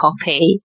copy